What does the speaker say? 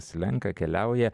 slenka keliauja